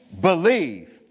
believe